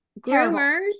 Groomers